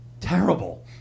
terrible